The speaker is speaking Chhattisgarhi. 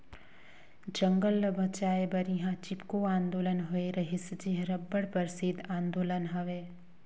जंगल ल बंचाए बर इहां चिपको आंदोलन होए रहिस जेहर अब्बड़ परसिद्ध आंदोलन हवे